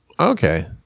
Okay